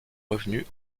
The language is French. revenus